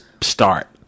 start